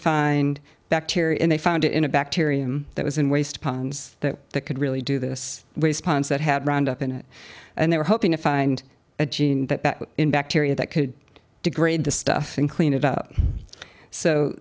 find bacteria and they found it in a bacterium that was in waste puns that that could really do this response that had roundup in it and they were hoping to find a gene that in bacteria that could degrade the stuff and clean it up so